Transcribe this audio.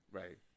right